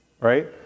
Right